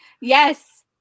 yes